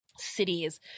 cities